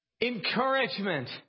encouragement